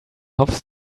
hobs